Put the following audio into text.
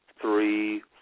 three